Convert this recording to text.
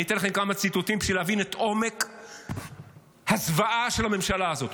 אני אתן לכם כמה ציטוטים בשביל להבין את עומק הזוועה של הממשלה הזאת,